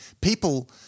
people